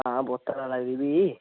हां बोतल लगदी फ्ही